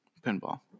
pinball